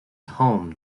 home